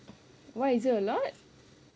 why is that a lot